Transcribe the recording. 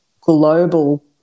global